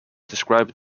described